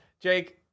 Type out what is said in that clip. Jake